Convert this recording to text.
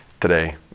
today